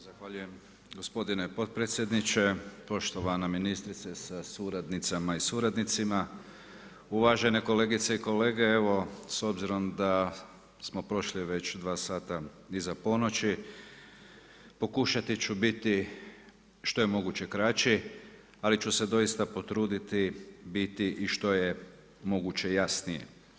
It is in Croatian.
Zahvaljujem gospodine potpredsjedniče, poštovana ministrice sa suradnicama i suradnicima, uvažene kolegice i kolege evo s obzirom da smo prošli već dva sata iza ponoći pokušati ću biti što je moguće kraći, ali ću se doista potruditi biti i što je moguće jasniji.